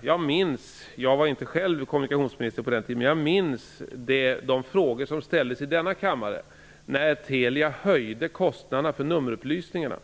Jag minns -- även om jag inte själv var kommunikationsminister på den tiden -- de frågor som ställdes i denna kammare när Telia höjde priset för nummerupplysningarna